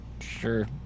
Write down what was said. Sure